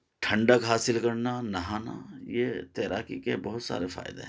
ٹھنڈک حاصل کرنا نہانا یہ تیراکی کے بہت سارے فائدے ہیں